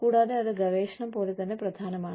കൂടാതെ അത് ഗവേഷണം പോലെ തന്നെ പ്രധാനമാണ്